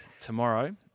tomorrow